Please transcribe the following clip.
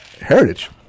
Heritage